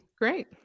great